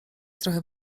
trochę